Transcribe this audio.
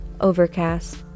Overcast